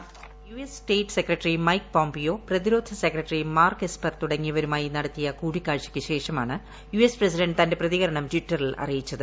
voice U S state secretary Mike Pompeo പ്രതിരോധ secretary Mark Esper തുടങ്ങിയവരുമായി നടത്തിയ കൂടിക്കാഴ്ചയ്ക്ക് ശേഷമാണ് യുഎസ് പ്രസിഡന്റ് തന്റെ പ്രതികരണം ടിറ്ററിൽ അറിയിച്ചത്